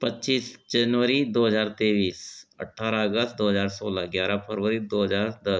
पच्चीस जनवरी दो हजार तेईस अट्ठारह अगस्त दो हजार सोलह ग्यारह फरवरी दो हजार दस